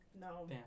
No